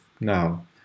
now